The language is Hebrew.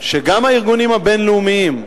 שגם הארגונים הבין-לאומיים,